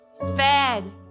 fed